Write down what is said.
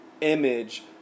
image